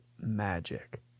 magic